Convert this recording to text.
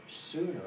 sooner